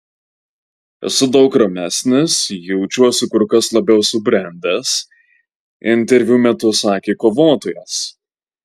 esu daug ramesnis jaučiuosi kur kas labiau subrendęs interviu metu sakė kovotojas